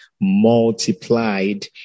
multiplied